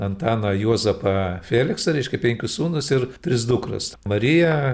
antaną juozapą feliksą reiškia penkis sūnus ir tris dukras mariją